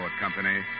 Company